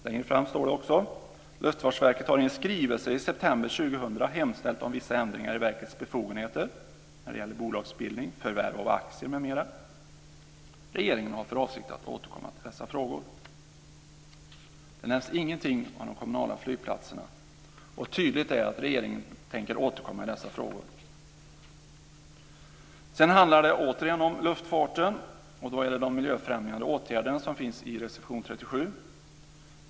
Längre fram står det också: Luftfartsverket har i en skrivelse i september år 2000 hemställt om vissa ändringar i verkets befogenheter när det gäller bolagsbildning, förvärv av aktier m.m. Regeringen har för avsikt att återkomma till dessa frågor. Det nämns ingenting om de kommunala flygplatserna. Det är tydligt att regeringen tänker återkomma i dessa frågor. Sedan handlar det återigen om luftfarten. Det gäller de miljöfrämjande åtgärderna, som behandlas i reservation 37.